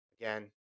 again